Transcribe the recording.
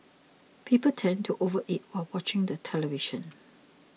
people tend to overeat while watching the television